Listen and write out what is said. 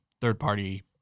third-party